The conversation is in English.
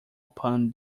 upon